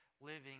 living